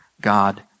God